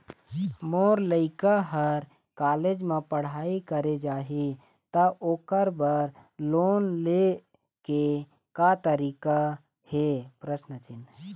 मोर लइका हर कॉलेज म पढ़ई करे जाही, त ओकर बर लोन ले के का तरीका हे?